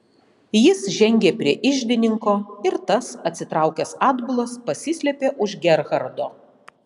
jis žengė prie iždininko ir tas atsitraukęs atbulas pasislėpė už gerhardo